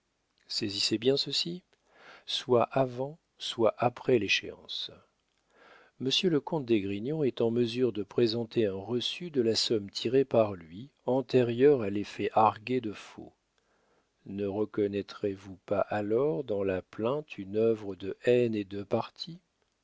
moi saisissez bien ceci soit avant soit après l'échéance monsieur le comte d'esgrignon est en mesure de présenter un reçu de la somme tirée par lui antérieur à l'effet argué de faux ne reconnaîtrez vous pas alors dans la plainte une œuvre de haine et de parti